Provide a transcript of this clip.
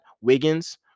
Wiggins